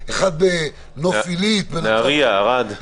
הישובים הערביים מהסביבה באים לשם כדי לקנות,